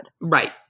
Right